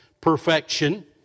perfection